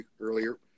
earlier